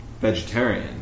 vegetarian